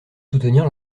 soutenir